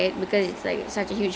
mm ya